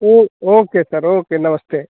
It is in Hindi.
ओ ओके सर ओके नमस्ते